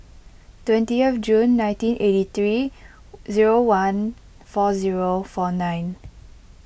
twentieth June nineteen eighty three zero one four zero four nine